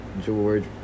George